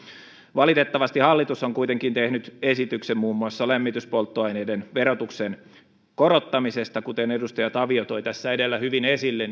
valitettavasti hallitus on kuitenkin tehnyt esityksen muun muassa lämmityspolttoaineiden verotuksen korottamisesta kuten edustaja tavio toi edellä hyvin esille